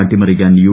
അട്ടിമറിക്കാൻ യു